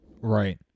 Right